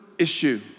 issue